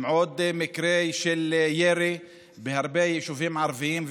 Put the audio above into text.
עם עוד מקרי ירי בהרבה יישובים ערביים.